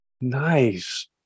Nice